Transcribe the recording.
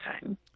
time